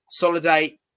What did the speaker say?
solidate